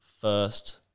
first